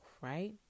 right